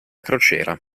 crociera